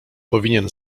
powinien